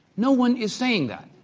no one is saying that.